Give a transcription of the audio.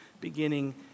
beginning